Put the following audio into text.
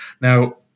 Now